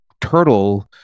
turtle